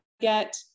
get